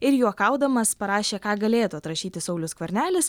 ir juokaudamas parašė ką galėtų atrašyti saulius skvernelis